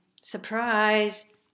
surprise